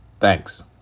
Thanks